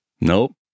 Nope